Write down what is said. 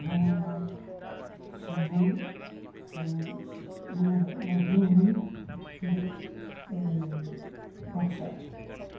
बङाइगाव चिरां मा होनो दुब्रि ओमफ्राय बाक्सा